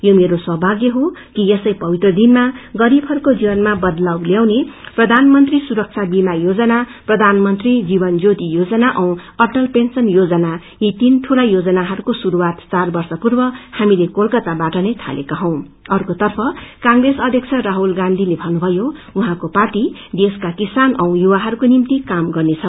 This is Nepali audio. यो मेरो सौभाग्य हो कि यसै पवित्र दिनमा गरीबहरूको जीवनमा बदलाव ल्याउने प्रधानमंत्री सुरक्ष्रा वीमा योजना प्रधानमंत्री जीवन ज्योति योजना औ अअल पेशन योजना यी तीन ठूलो योजनाहरूको शुरूवात चार वर्ष पूर्व हामीले कोलकाताबाट नै पीलेका हौँ अअर्कोतर्फ कांग्रेस अध्यक्ष राहुल गांधीले भन्नुमयो उहाँको पार्टी देशका किसान औ चुवाहरूको निम्ति काम गर्नेछ